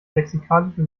lexikalische